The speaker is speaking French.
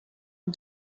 ont